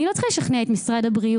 אני לא צריכה לשכנע את משרד הבריאות.